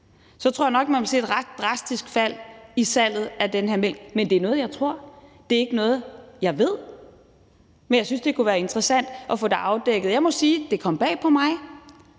så tror jeg nok, man ville se et ret drastisk fald i salget af den her mælk. Men det er noget, jeg tror. Det er ikke noget, jeg ved. Men jeg synes, det kunne være interessant at få det afdækket, og jeg må sige, at det kom bag på mig,